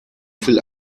viel